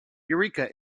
eureka